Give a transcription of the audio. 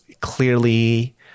clearly